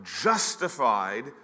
justified